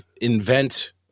invent